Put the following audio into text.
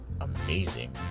amazing